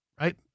right